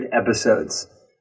episodes